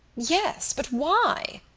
yes, but why?